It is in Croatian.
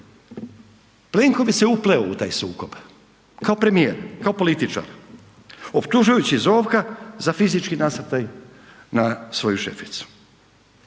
Plenković se upleo u taj sukob, kao premijer, kao političar optužujući Zovka za fizički nasrtaj na svoju šeficu.